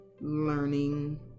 Learning